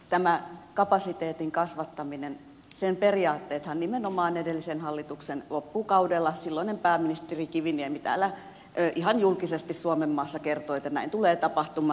tämä kapasiteetin kasvattamisen periaatteethan nimenomaan edellisen hallituksen loppukaudella silloinen pääministeri kiviniemi ihan julkisesti suomenmaassa kertoi että näin tulee tapahtumaan